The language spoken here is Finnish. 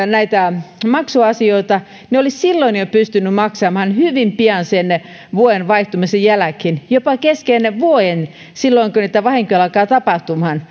näitä maksuasioita ne olisi jo silloin pystynyt maksamaan hyvin pian vuoden vaihtumisen jälkeen jopa kesken vuoden silloin kun niitä vahinkoja alkaa tapahtumaan